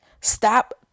Stop